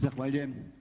Zahvaljujem.